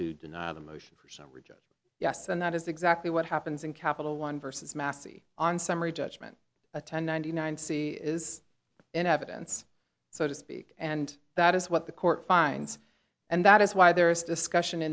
to deny the motion for summary judgment yes and that is exactly what happens in capital one versus massey on summary judgment attend ninety nine see is in evidence so to speak and that is what the court finds and that is why there is discussion